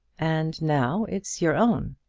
and now it's your own.